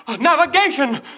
navigation